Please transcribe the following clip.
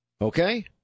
Okay